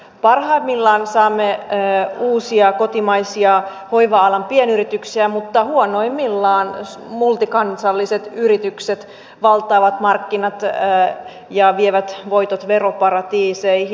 parhaimmillaan saamme uusia kotimaisia hoiva alan pienyrityksiä mutta huonoimmillaan multikansalliset yritykset valtaavat markkinat ja vievät voitot veroparatiiseihin